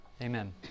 Amen